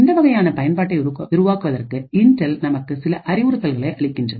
இந்த வகையான பயன்பாட்டை உருவாக்குவதற்கு இன்டெல் நமக்கு சில அறிவுறுத்தல்களை அளிக்கின்றது